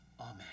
amen